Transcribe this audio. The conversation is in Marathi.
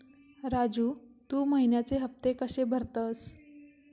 राजू, तू महिन्याचे हफ्ते कशे भरतंस?